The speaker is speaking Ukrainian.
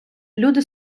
люди